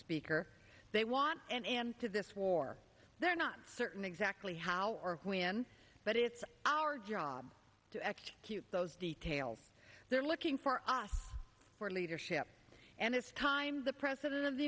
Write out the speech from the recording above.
speaker they want an end to this war they're not certain exactly how or when but it's our job to execute those details they're looking for us for leadership and it's time the president